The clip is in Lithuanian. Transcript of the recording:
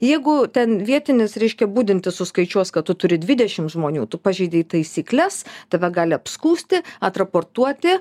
jeigu ten vietinis reiškia budintis suskaičiuos kad tu turi dvidešim žmonių tu pažeidei taisykles tave gali apskųsti atraportuoti